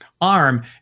arm